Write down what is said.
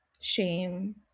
shame